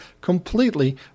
completely